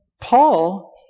Paul